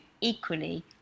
equally